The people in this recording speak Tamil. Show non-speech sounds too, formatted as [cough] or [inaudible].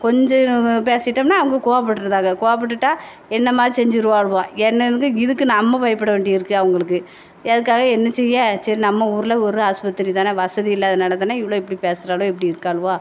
கொஞ்சம் பேசிட்டோம்னா அவங்க கோவப்பட்டுறாக கோவப்பட்டுட்டால் என்னம்மா செஞ்சிருவாளுவோ [unintelligible] இதுக்கு நம்ம பயப்பட வேண்டியிருக்குது அவங்களுக்கு அதுக்காக என்ன செய்ய சரி நம்ம ஊரில் ஒரு ஹாஸ்பத்திரி தானே வசதி இல்லாதனால் தானே இவளுவோ இப்படி பேசுகிறாளுவோ இப்படி இருக்காளுவோ